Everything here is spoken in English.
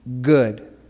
good